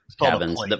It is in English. cabins